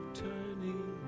turning